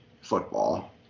football